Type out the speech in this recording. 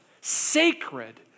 sacred